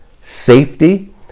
safety